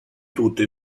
tutto